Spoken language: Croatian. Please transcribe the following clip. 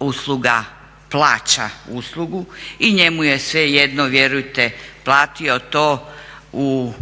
usluga plaća uslugu i njemu je svejedno vjerujete platio to u